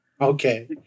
Okay